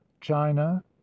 China